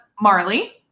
Marley